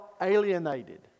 alienated